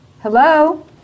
Hello